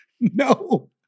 No